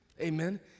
amen